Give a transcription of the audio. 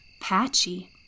patchy